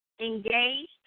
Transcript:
engaged